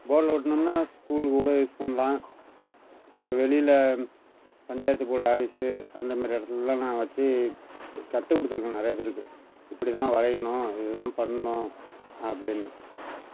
போர்ட்ல ஒட்டுனோம்னா ஸ்கூல் கூட யூஸ் பண்ணலாம் இல்லை வெளியில பஞ்சாயத்து போர்டு ஆஃபீஸு அந்தமாரி இடத்துலல்லாம் நான் வச்சு கத்துக்கொடுத்துருக்கேன் நிறையா பேருக்கு இப்படி தான் வரையணும் இதுதான் பண்ணும் அப்படின்னு